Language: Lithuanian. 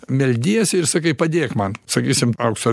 meldiesi ir sakai padėk man sakysim aukso